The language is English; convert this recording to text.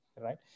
right